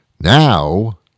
Now